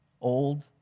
old